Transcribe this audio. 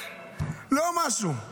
לא משהו.